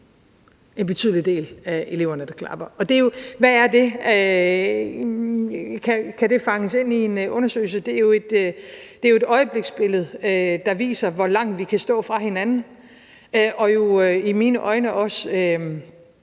en betydelig del af eleverne, der klappede. Hvad er det? Kan det fanges ind i en undersøgelse? Det er jo et øjebliksbillede, der viser, hvor langt vi kan stå fra hinanden, og det er i mine øjne også